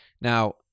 Now